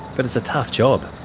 but it's a tough job,